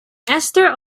ester